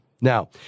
Now